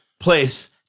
Place